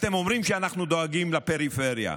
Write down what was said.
אתם אומרים: אנחנו דואגים לפריפריה,